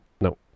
No